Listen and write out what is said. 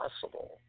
possible